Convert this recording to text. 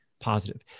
positive